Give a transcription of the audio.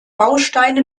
bausteine